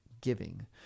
giving